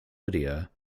lydia